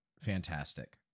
fantastic